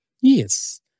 Yes